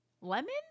lemon